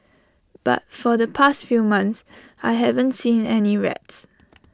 but for the past few months I haven't seen any rats